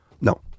No